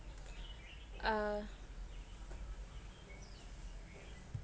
uh